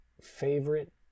favorite